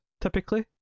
typically